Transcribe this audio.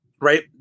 right